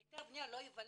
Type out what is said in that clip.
היתר הבניה לא ייוולד.